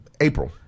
April